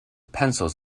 pencils